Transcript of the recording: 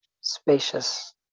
spacious